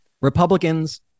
Republicans